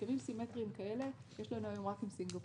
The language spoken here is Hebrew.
הסכמים סימטריים כאלה יש לנו היום רק עם סינגפור.